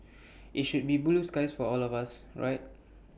IT should be blue skies for all of us right